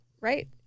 Right